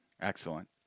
Excellent